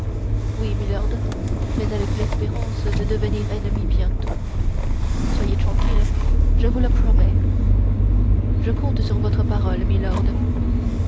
oui milord mais avec l'espérance de devenir ennemis bientôt soyez tranquille je vous le promets je compte sur votre parole milord